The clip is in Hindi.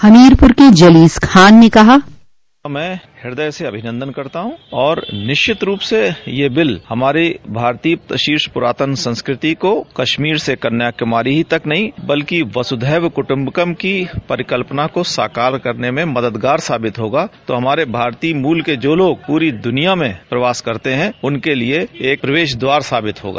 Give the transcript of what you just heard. हमीरपुर के जलीस खान ने कहा बाइट मैं हृदय से अभिनंद करता हूँ और निश्चित रूप से यह बिल हमारे भारतीय शीर्ष पुरातन संस्कृति को कश्मीर से कन्याकुमारी तक नहीं बल्कि वसुधैव कुटुम्बकम की परिकल्पना को साकार करने में मददगार साबित होगा तो हमारे भारतीय मूल के जो लोग पूरी दुनिया में प्रवास करते हैं उनके लिए एक प्रवेश द्वार साबित होगा